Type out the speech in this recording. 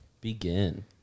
Begin